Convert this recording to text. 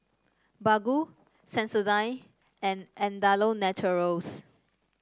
Baggu Sensodyne and Andalou Naturals